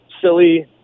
silly